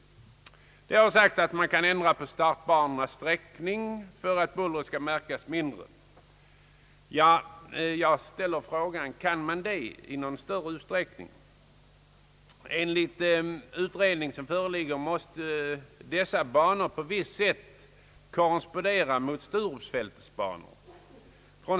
Det har sagts att man kan ändra på startbanornas sträckning och att bullret härigenom skulle märkas mindre. Men kan man verkligen det i någon större utsträckning? Enligt den utredning som föreligger måste dessa banor på visst sätt korrespondera mot Sturupfältets banor.